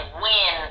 win